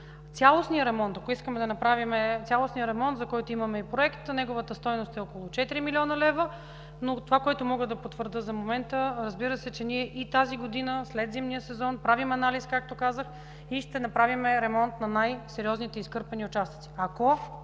цялостен ремонт, за който имаме и проект, неговата стойност е около 4 млн. лв., но това, което мога да потвърдя за момента – разбира се, че ние и през тази година, след зимния сезон, правим анализ, както казах, и ще направим ремонт на най-сериозните изкърпени участъци. Ако